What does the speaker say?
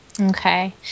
Okay